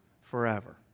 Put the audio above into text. forever